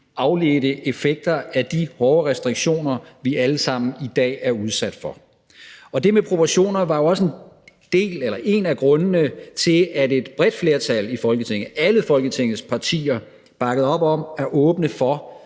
afledte effekter af de hårde restriktioner, vi alle sammen i dag er udsat for. Det med proportioner var også en af grundene til, at et bredt flertal i Folketinget, alle Folketingets partier, bakkede op om at åbne for,